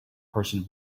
person